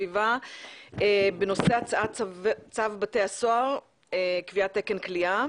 הסביבה בנושא הצעת צו בתי הסוהר (קביעת תקן כליאה).